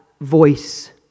voice